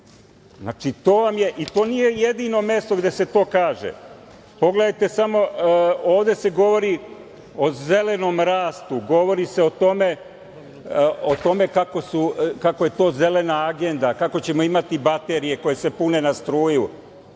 Znači, to nije jedino mesto gde se to kaže. Pogledajte samo, ovde se govori o zelenom rastu, govori se ao tome kako je to Zelena agenda, kako ćemo imati baterije koje se pune na struju.